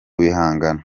bihangano